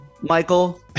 Michael